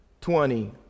Twenty